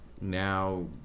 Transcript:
Now